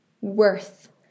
worth